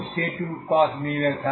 x00 পান